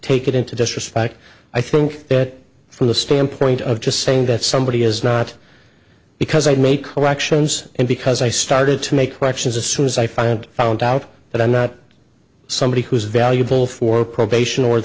take it into disrespect i think that from the standpoint of just saying that somebody is not because i make corrections and because i started to make corrections assumes i find found out that i'm not somebody who is valuable for probation or